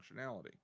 functionality